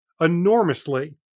enormously